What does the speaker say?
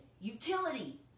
utility